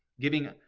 giving